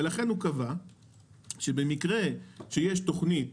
לכן, הוא קבע שבמקרה שיש תוכנית